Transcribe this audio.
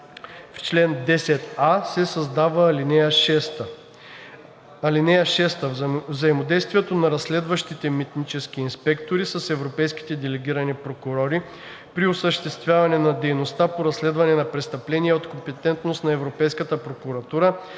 1. Създава се нова ал. 7: „(7) Взаимодействието на разследващите полицаи с европейските делегирани прокурори при осъществяване на дейността по разследване на престъпления от компетентност на Европейската прокуратура